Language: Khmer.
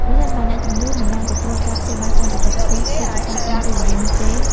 ប្រសិនបើអ្នកជំងឺមិនបានទទួលការព្យាបាលតាមបច្ចេកទេសវេជ្ជសាស្ត្រទាន់ពេលវេលានោះទេ។